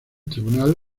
tribunal